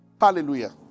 hallelujah